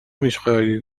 میخائیل